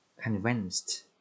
Convinced